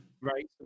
Right